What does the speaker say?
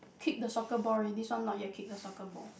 kick the soccer ball already this one not yet kick the soccer ball